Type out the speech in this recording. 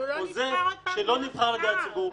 או זה שלא נבחר על ידי הציבור,